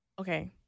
Okay